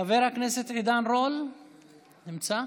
חבר הכנסת עידן רול, נמצא?